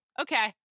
Okay